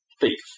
Thief